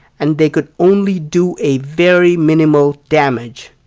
and they could only do a very minimal damage.